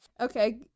Okay